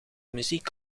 muziek